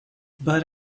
but